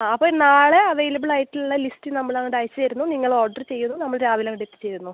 ആ അപ്പോൾ നാളെ അവൈലബിൾ ആയിട്ടുള്ള ലിസ്റ്റ് നമ്മൾ അങ്ങോട്ട് അയച്ച് തരുന്നു നിങ്ങൾ ഓർഡർ ചെയ്യുന്നു നമ്മൾ രാവിലെ അവിടെ എത്തിച്ചുതരുന്നു